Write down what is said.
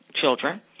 children